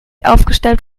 aufgestellt